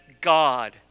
God